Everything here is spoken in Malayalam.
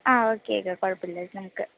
ആ ഓക്കേ ഓക്കെ കുഴപ്പം ഇല്ല അത്